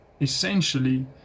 essentially